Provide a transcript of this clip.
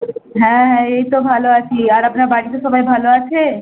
হ্যাঁ এই তো ভালো আছি আর আপনার বাড়িতে সবাই ভালো আছে